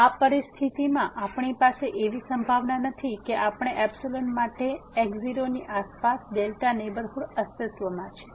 તેથી આ પરિસ્થિતિમાં આપણી પાસે એવી સંભાવના નથી કે આપેલ માટે આ x0 ની આસપાસ δ નેહબરહુડ અસ્તિત્વમાં છે